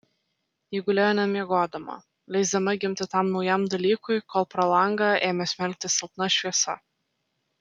ji gulėjo nemiegodama leisdama gimti tam naujam dalykui kol pro langą ėmė smelktis silpna šviesa